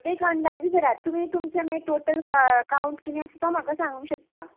एक अंदाजी घरात तुमी तुमचे मागीर टोटल कावंट किदें आसा तो म्हाका सांगू शकता